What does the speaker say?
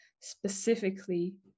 specifically